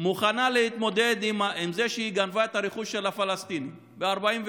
מוכנה להתמודד עם זה שהיא גנבה את הרכוש של הפלסטינים ב-48',